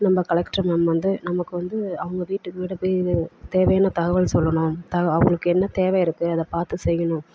நம்ம collector ma'am வந்து நமக்கு வந்து அவங்க வீட்டுக்கு வீடு போய் தேவையான தகவல் சொல்லணும் தவ அவங்களுக்கு என்ன தேவை இருக்கு அதை பார்த்து செய்யணும்